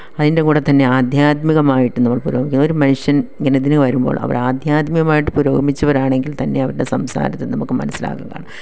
അതിൻ്റെ കൂടെ തന്നെ ആധ്യാത്മികമായിട്ട് നമ്മള് പുരോഗമിക്കുന്നത് ഒരു മനുഷ്യൻ ഇങ്ങനെ ഇതിന് വരുമ്പോൾ അവര് ആധ്യാത്മികമായിട്ട് പുരോഗമിച്ചവരാണെങ്കിൽ തന്നെ അവരുടെ സംസാരത്തിൽ നമുക്ക് മനസ്സിലാകുന്നതാണ്